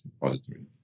repository